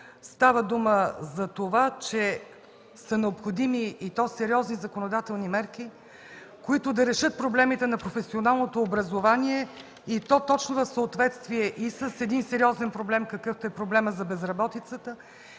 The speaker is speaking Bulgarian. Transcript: Става дума за това, че са необходими и то сериозни законодателни мерки, които да решат проблемите на професионалното образование и то точно в съответствие и с един сериозен проблем, какъвто е проблемът за безработицата